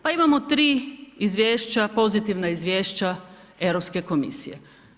Pa imamo tri izvješća, pozitivna izvješća Europske komisije.